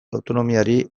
autonomiari